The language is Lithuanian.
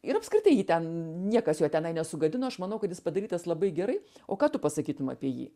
ir apskritai jį ten niekas jo tenai nesugadino aš manau kad jis padarytas labai gerai o ką tu pasakytum apie jį